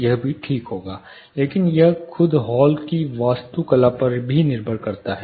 यह भी ठीक होगा लेकिन यह खुद हॉल की वास्तुकला पर भी निर्भर करता है